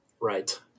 Right